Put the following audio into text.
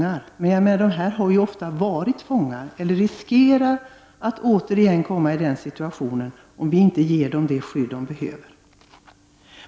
Flyktingarna har ofta varit fångar eller riskerar att åter komma i den situationen om vi inte ger dem det skydd som de behöver.